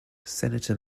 senator